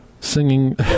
singing